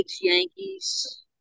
Yankees